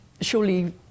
Surely